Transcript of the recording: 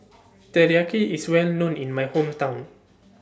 Teriyaki IS Well known in My Hometown